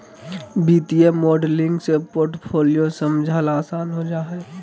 वित्तीय मॉडलिंग से पोर्टफोलियो समझला आसान हो जा हय